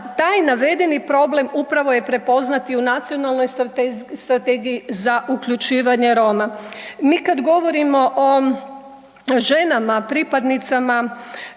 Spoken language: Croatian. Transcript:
taj navedeni problem upravo je prepoznat i u Nacionalnoj strategiji za uključivanje Roma. Mi kada govorimo o ženama pripadnicama